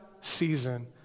season